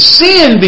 sin